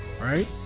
right